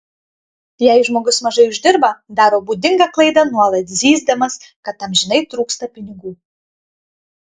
jei žmogus mažai uždirba daro būdingą klaidą nuolat zyzdamas kad amžinai trūksta pinigų